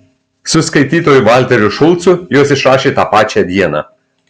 su skaitytoju valteriu šulcu juos išrašė tą pačią dieną